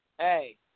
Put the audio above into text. Hey